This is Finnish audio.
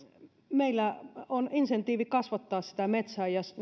meillä on insentiivi kasvattaa sitä metsää ja